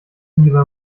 liebe